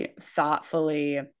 thoughtfully